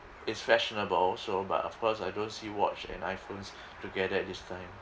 it's fashionable so but of course I don't see watch and iPhones together at this time